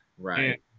right